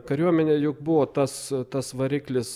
kariuomenė juk buvo tas tas variklis